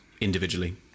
individually